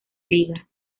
liga